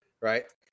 right